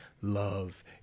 love